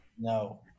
no